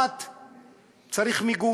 1. צריך מיגון,